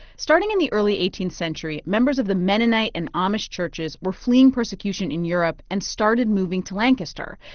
starting in the early eighteenth century, members of the mennonite and amish churches were fleeing persecution in europe and started moving to lancaster.